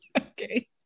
okay